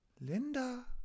Linda